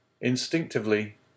Instinctively